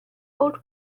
old